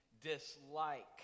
dislike